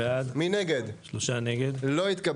הצבעה בעד, 2 נגד, 3 נמנעים, 0 הרביזיה לא התקבלה.